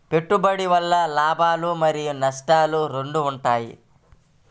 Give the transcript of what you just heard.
పెట్టుబడి వల్ల లాభాలు మరియు నష్టాలు రెండు ఉంటాయా?